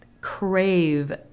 crave